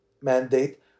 mandate